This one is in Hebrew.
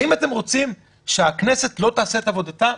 האם אתם רוצים שהכנסת לא תעשה את עבודתה?